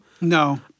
No